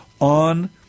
on